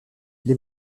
les